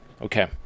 okay